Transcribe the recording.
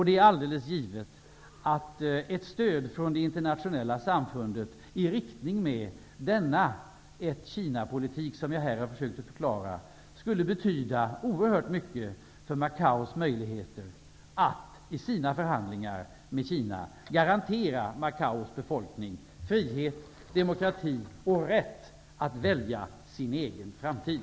Det är alldeles givet att ett stöd från det internationella samfundet i linje med den Kinapolitik som jag här har försökt att förklara skulle betyda oerhört mycket för Macaos möjligheter att i sina förhandlingar med Kina garantera Macaos befolkning frihet, demokrati och rätt att välja sin egen framtid.